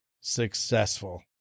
successful